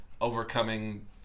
overcoming